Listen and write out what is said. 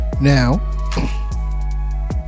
Now